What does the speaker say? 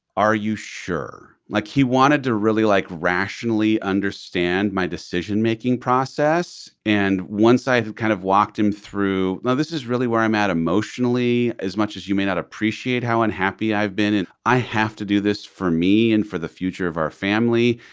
are you sure? like, he wanted to really, like, rationally understand my decision making process and once i kind of walked him through. now, this is really where i'm at emotionally. as much as you may not appreciate how unhappy i've been and i have to do this for me and for the future of our family.